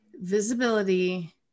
Visibility